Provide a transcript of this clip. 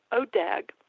ODAG